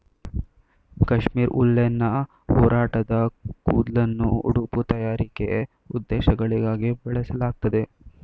ಕಾಶ್ಮೀರ್ ಉಲ್ಲೆನ್ನ ಒರಟಾದ ಕೂದ್ಲನ್ನು ಉಡುಪು ತಯಾರಿಕೆ ಉದ್ದೇಶಗಳಿಗಾಗಿ ಬಳಸಲಾಗ್ತದೆ